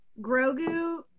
Grogu